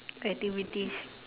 your activities